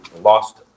lost